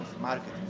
marketing